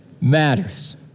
matters